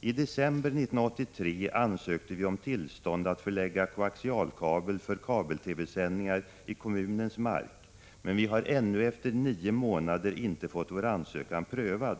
”I december 1983 ansökte vi om tillstånd att förlägga koaxialkabel för kabel-TV-sändningar i kommunens mark, men vi har ännu efter nio månader inte fått vår ansökan prövad.